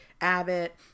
Abbott